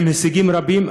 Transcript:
עם הישגים רבים,